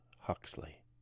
huxley